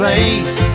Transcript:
place